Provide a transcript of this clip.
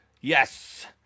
yes